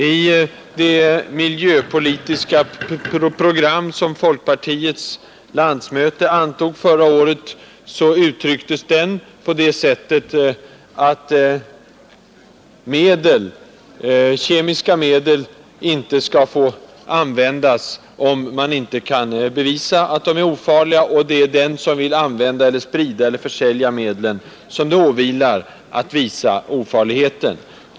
I det miljöpolitiska program som folkpartiets landsmöte antog förra året uttrycktes den på det sättet, att kemiska medel inte skall få användas, om man inte kan bevisa att de är ofarliga, och att det åvilar den som vill använda, sprida eller försälja dem att visa ofarligheten.